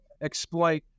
exploit